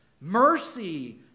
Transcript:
mercy